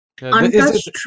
untouched